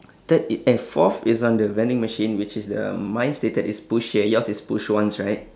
third i~ and fourth is on the vending machine which is the mine stated is push here yours is push once right